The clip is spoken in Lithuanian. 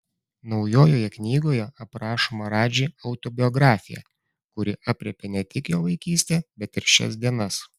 naujoje knygoje aprašoma radži autobiografija kuri aprėpia ne tik jo vaikystę bet ir šias dienas